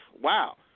wow